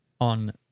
on